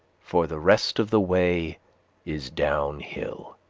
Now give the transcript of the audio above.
for the rest of the way is down hill.